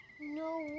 No